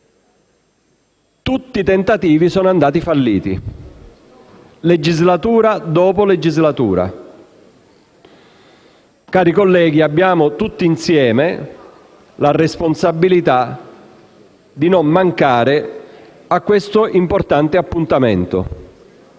tutti i tentativi sono andati falliti, legislatura dopo legislatura. Cari colleghi, abbiamo tutti insieme la responsabilità di non mancare a questo importante appuntamento.